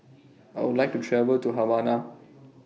I Would like to travel to Havana